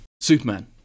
Superman